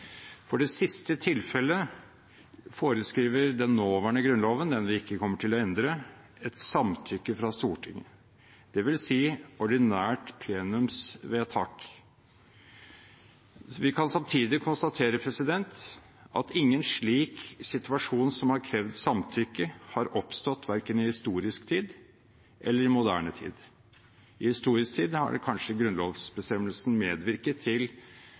For det siste tilfellet foreskriver den nåværende grunnloven, noe vi ikke kommer til å endre, samtykke fra Stortinget, dvs. et ordinært plenumsvedtak. Vi kan samtidig konstatere at ingen slik situasjon som har krevd samtykke, har oppstått verken i historisk tid eller i moderne tid. I historisk tid har kanskje grunnlovsbestemmelsen medvirket til